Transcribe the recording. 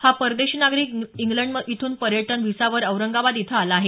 हा परदेशी नागरिक इंग्लंड इथून पर्यटन व्हीसावर औरंगाबाद इथं आला आहे